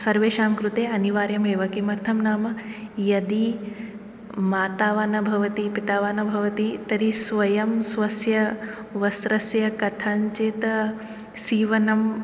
सर्वेषां कृते अनिवार्यम् एव किमर्थं नाम यदि माता वा न भवति पिता वा न भवति तर्हि स्वयं स्वस्य वस्त्रस्य कथञ्चित् सीवनं